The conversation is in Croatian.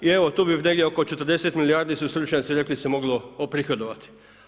I evo tu bi negdje oko 40 milijardi su stručnjaci rekli se moglo oprihodovati.